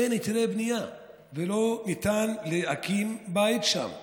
אין היתרי בנייה ולא ניתן להקים שם בית.